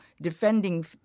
defending